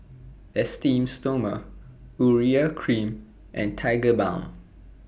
Esteem Stoma Urea Cream and Tigerbalm